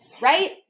right